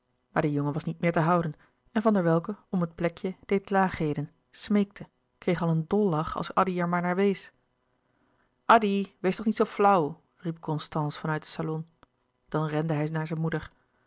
de jongen was niet meer te houden en van der welcke om het plekje deed laagheden smeekte kreeg al een dollach als addy er maar naar wees addy wees toch niet zoo flauw riep constance van uit den salon dan rende hij naar zijn moeder